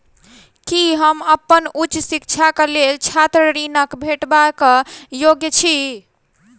की हम अप्पन उच्च शिक्षाक लेल छात्र ऋणक भेटबाक योग्य छी?